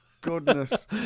goodness